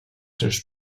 seus